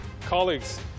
Colleagues